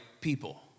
people